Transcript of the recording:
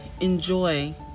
enjoy